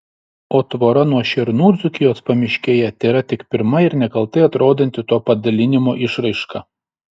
o tvora nuo šernų dzūkijos pamiškėje tėra tik pirma ir nekaltai atrodanti to padalinimo išraiška